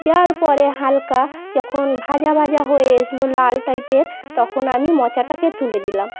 দেওয়ার পরে হালকা যখন ভাজা ভাজা হয়ে আসলো লাল টাইপের তখন আমি মোচাটাকে তুলে দিলাম